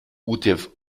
utf